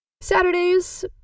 Saturdays